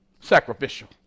Sacrificial